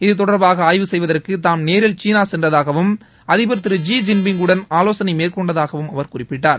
இது தொடர்பாக ஆய்வு செய்வதற்கு தாம் நேரில் சீனா சென்றதாகவும் அதிபர் திரு ஜி ஸின் பிங்குடன் ஆவோசனை மேற்கொண்டதாகவும் அவர் குறிப்பிட்டார்